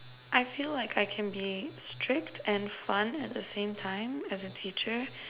I feel like I can be strict and fun at the same time as a teacher